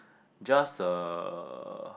just uh